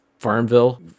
Farmville